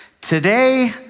Today